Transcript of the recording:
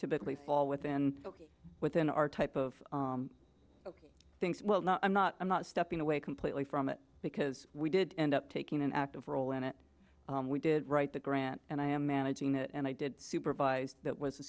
typically fall within within our type of i think well no i'm not i'm not stepping away completely from it because we did end up taking an active role in it we did write the grant and i am managing that and i did supervise that was a